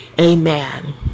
amen